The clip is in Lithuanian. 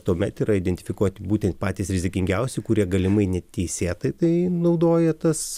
tuomet yra identifikuoti būtent patys rizikingiausi kurie galimai neteisėtai tai naudoja tas